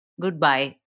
goodbye